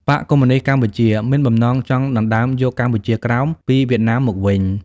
បក្សកុម្មុយនីស្តកម្ពុជា មានបំណងចង់ដណ្តើមយកកម្ពុជាក្រោម" ពីវៀតណាមមកវិញ។